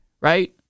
right